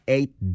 Eight